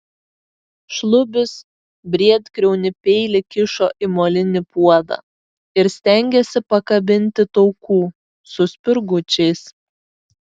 šlubis briedkriaunį peilį kišo į molinį puodą ir stengėsi pakabinti taukų su spirgučiais